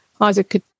Isaac